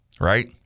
Right